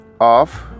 off